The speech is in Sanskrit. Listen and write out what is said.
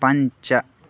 पञ्च